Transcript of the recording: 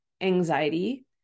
anxiety